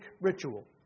ritual